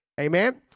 Amen